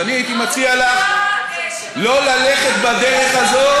ואני הייתי מציע לך שלא ללכת בדרך הזאת,